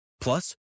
Plus